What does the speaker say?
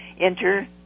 enter